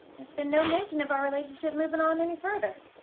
there's been no mention of our relationship moving on any further.